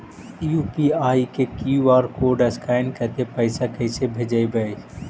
UPI के QR code scan करके पैसा कैसे भेजबइ?